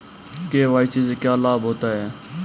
KYC से क्या लाभ होता है?